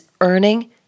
earning